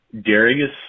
Darius